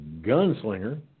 Gunslinger